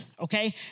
okay